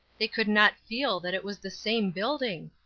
they could not feel that it was the same building.